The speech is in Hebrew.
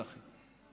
צחי.